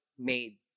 made